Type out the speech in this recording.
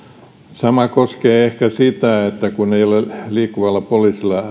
sama koskee ehkä sitä että